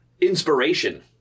inspiration